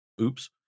Oops